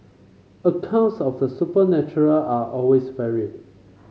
accounts of the supernatural are always varied